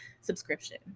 subscription